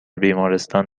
بیمارستان